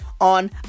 on